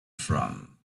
from